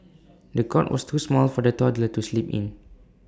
the cot was too small for the toddler to sleep in